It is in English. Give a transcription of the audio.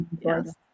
Yes